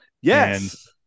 Yes